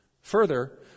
Further